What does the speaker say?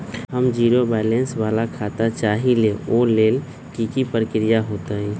हम zero balance वाला खाता चाहइले वो लेल की की प्रक्रिया होतई?